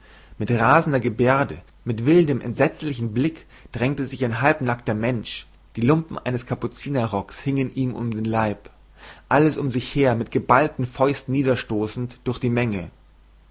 mit rasender gebärde mit wildem entsetzlichen blick drängte sich ein halbnackter mensch die lumpen eines kapuzinerrocks hingen ihm um den leib alles um sich her mit geballten fäusten niederstoßend durch die menge